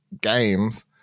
games